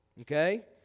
Okay